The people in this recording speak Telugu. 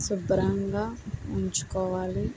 శుభ్రంగా ఉంచుకోవాలి